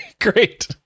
great